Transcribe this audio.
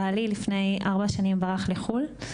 בעלי לפני ארבע שנים ברח לחו"ל.